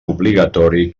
obligatori